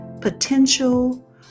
potential